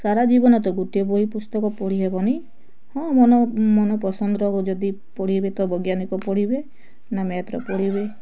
ସାରା ଜୀବନ ତ ଗୋଟେ ବହି ପୁସ୍ତକ ପଢ଼ି ହେବନି ହଁ ମନ ମନ ପସନ୍ଦର ଯଦି ପଢ଼ିବେ ତ ବୈଜ୍ଞାନିକ ପଢ଼ିବେ ନା ମ୍ୟାଥ୍ରେ ପଢ଼ିବେ